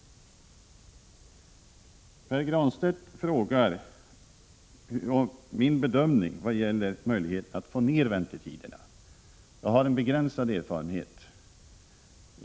Pär Granstedt frågade om min bedömning när det gäller möjligheterna att få ned väntetiderna. Min erfarenhet är begränsad.